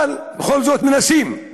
אבל בכל זאת מנסים.